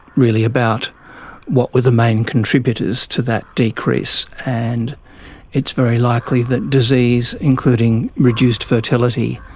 really about what were the main contributors to that decrease, and it's very likely that disease, including reduced fertility,